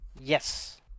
Yes